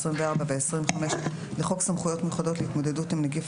24 ו-25 לחוק סמכויות מיוחדות להתמודדות עם נגיף